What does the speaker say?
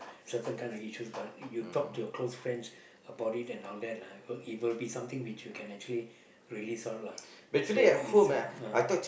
certain kind of issues but you talk to your close friends about it and all that lah it will be something which you can actually really solve lah so it's uh ah